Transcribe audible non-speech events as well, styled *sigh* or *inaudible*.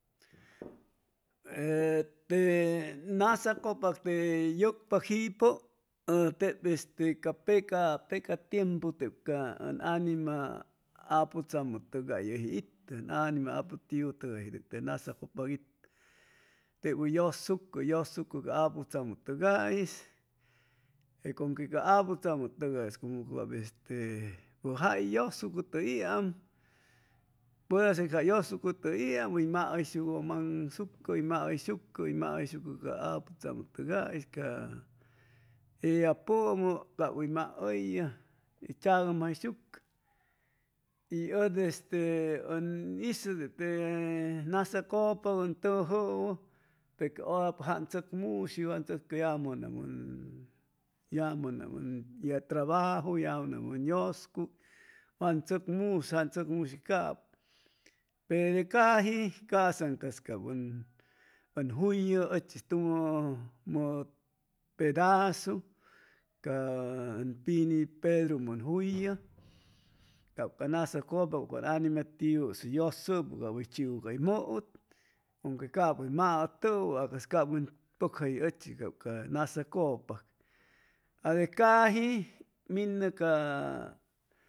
Ee te nas a cʉpak te yʉgpacjipʉ tep este ca peca tiempu tep ca ʉn anima aputzamʉtʉga'is itʉ anima apu tiu tʉgay tep te nas acʉpac itʉ tep hʉy yʉsucʉ hʉy yʉsucʉca aputzamʉtʉgais y conque ca aputzamʉtʉgais como cap este jay yʉsucʉtʉiam *hesitation* yasʉcʉtʉiam hʉy maʉyshugʉŋmaŋsucʉ hʉy maʉyshucʉ hʉy mahʉyshucʉ ca aputzamʉtʉgais ca eyapʉmʉ cap hʉy maʉyʉ y hʉy tzagʉmjayshucʉ y ʉd este ee ʉn isʉ tep te nas acʉpac ʉn ʉjʉwʉ pe ca hora jan tzʉcmushi *hesitation* yamʉ nam trabaju yamʉnam ʉn yʉscuy wan tzʉcmusʉ jan tzʉmushi capʉ pe de caji ca'sa cas can ʉn ʉn juyʉ ʉchi tumʉ pedazu ca pini pedrumʉ ʉn juyʉ cap ca nas acʉpac can anima tuis yʉsʉ cap hʉy chiwʉ cay mʉut cʉnque apʉ hʉy maʉtʉwʉ cas cap ʉn pʉcjayʉ ʉchi cap ca nas acʉpa a de caji minʉ ca